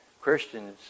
Christians